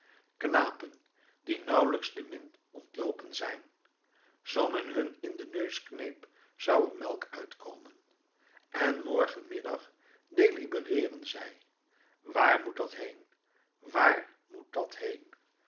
knapen die nauwelijks de min ontloopen zijn zoo men hun in den neus kneep zou er melk uit komen en morgen middag delibereeren zij waar moet dat heen waar moet dat heen